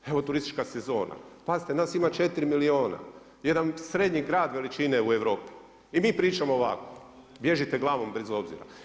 Evo turistička sezona, pazite nas ima 4 milijuna, jedan srednji grad veličine u Europi i mi pričamo ovako, bježite glavom bez obzira.